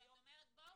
מה זה